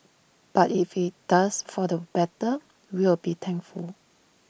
but if IT does for the better we'll be thankful